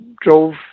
drove